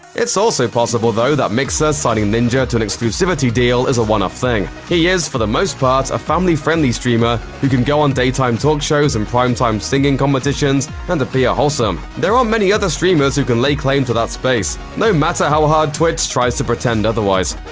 it's also possible, though, that mixer signing ninja to an exclusivity deal is a one-off thing. he is, for the most part, a family-friendly streamer who can go on daytime talk shows and prime-time singing competitions and appear wholesome. there aren't many other streamers who can lay claim to that space no matter how hard twitch tries to pretend otherwise.